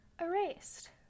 erased